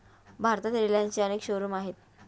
भारतात रिलायन्सचे अनेक शोरूम्स आहेत